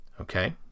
Okay